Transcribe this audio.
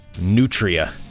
nutria